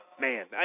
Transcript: Man